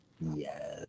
yes